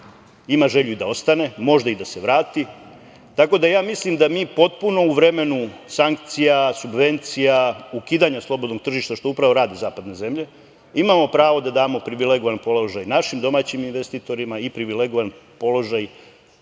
ima želju da ostane, možda i da se vrati. Tako da, mislim da mi potpuno u vremenu sankcija, subvencija, ukidanja slobodnog tržišta, što upravo rade zapadne zemlje, imamo pravo da damo privilegovan položaj našim domaćim investitorima i privilegovan položaj